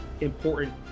important